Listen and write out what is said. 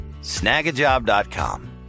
Snagajob.com